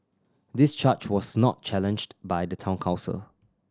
this charge was not challenged by the Town Council